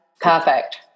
perfect